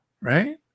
right